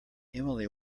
emily